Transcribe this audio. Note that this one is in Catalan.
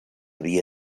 via